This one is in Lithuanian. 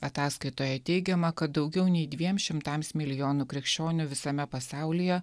ataskaitoje teigiama kad daugiau nei dviem šimtams milijonų krikščionių visame pasaulyje